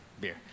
beer